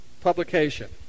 Publication